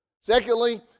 Secondly